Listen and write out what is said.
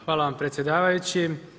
Hvala vam predsjedavajući.